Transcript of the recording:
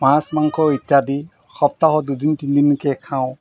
মাছ মাংস ইত্যাদি সপ্তাহত দুদিন তিনিদিনকৈ খাওঁ